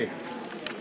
חכה,